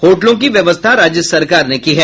होटलों की व्यवस्था राज्य सरकार ने की है